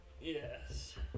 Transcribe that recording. Yes